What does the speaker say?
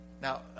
Now